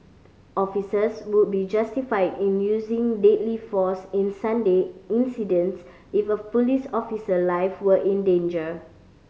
officers would be justified in using deadly force in Sunday incidents if a police officer life were in danger